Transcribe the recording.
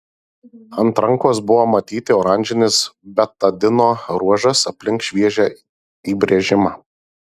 ant rankos buvo matyti oranžinis betadino ruožas aplink šviežią įbrėžimą